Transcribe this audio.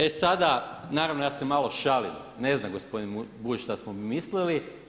E sada naravno ja se malo šalim, ne zna gospodin Bulj šta smo mi mislili.